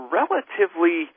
relatively